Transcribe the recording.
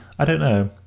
i don't know.